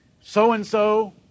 So-and-so